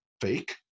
fake